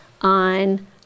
on